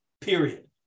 Period